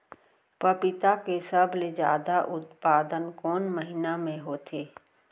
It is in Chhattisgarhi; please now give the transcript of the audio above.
पपीता के सबले जादा उत्पादन कोन महीना में होथे?